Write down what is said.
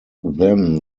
then